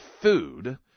food